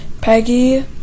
Peggy